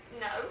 No